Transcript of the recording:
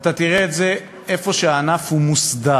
אתה תראה את זה איפה שהענף מוסדר,